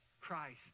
christ